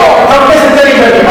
חבר הכנסת יריב לוין.